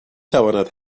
تواند